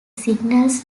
signals